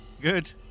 Good